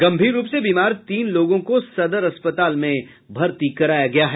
गम्मीर रूप से बीमार तीन लोगों को सदर अस्पताल में भर्ती कराया गया है